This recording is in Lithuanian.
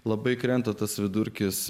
labai krenta tas vidurkis